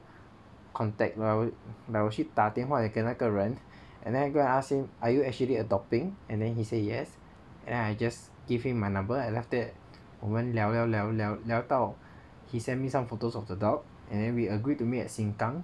contact lah like 我去打电话给那个人 and then I go and ask him are you actually adopting and then he say yes then I just give him my number and after that 我们聊聊聊聊聊到 he sent me some photos of the dog and then we agreed to meet at Sengkang